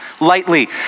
lightly